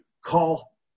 call